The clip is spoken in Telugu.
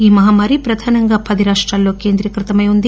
ఈ మహమ్మారి ప్రధానంగా పది రాప్రాల్లో కేంద్రీకృతమై ఉంది